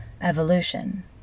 evolution